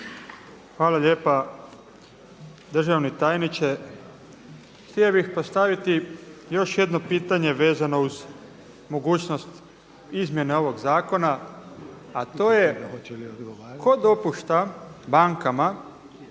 Hvala lijepa državni tajniče. Htio bih postaviti još jedno pitanje vezano uz mogućnost izmjena ovog zakona a to je tko dopušta bankama